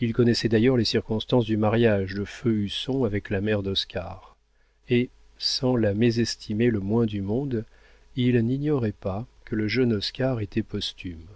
il connaissait d'ailleurs les circonstances du mariage de feu husson avec la mère d'oscar et sans la mésestimer le moins du monde il n'ignorait pas que le jeune oscar était posthume